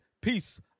Peace